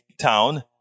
town